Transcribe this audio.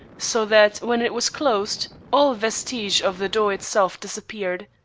so that when it was closed, all vestige of the door itself disappeared.